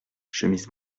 chemise